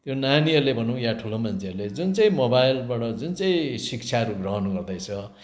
यो नानीहरूले भनौँ या ठुलो मान्छेहरूले जुन चाहिँ मोबाइलबाट जुन चाहिँ शिक्षाहरू ग्रहण गर्दैछ